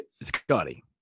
Scotty